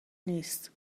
نیست